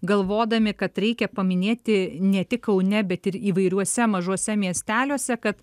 galvodami kad reikia paminėti ne tik kaune bet ir įvairiuose mažuose miesteliuose kad